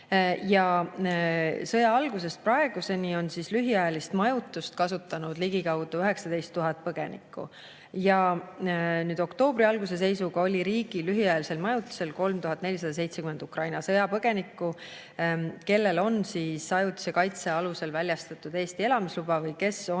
Sõja algusest praeguseni on lühiajalist majutust kasutanud ligikaudu 19 000 põgenikku. Oktoobri alguse seisuga oli riigi lühiajalisel majutusel 3470 Ukraina sõjapõgenikku, kellele on ajutise kaitse alusel väljastatud Eesti elamisluba või kes